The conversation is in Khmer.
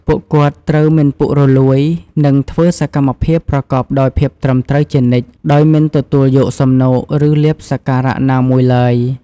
ពួកគាត់ត្រូវ មិនពុករលួយ និង ធ្វើសកម្មភាពប្រកបដោយភាពត្រឹមត្រូវ ជានិច្ច ដោយមិនទទួលយកសំណូក ឬលាភសក្ការៈណាមួយឡើយ។